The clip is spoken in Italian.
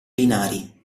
binari